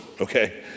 okay